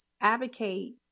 advocate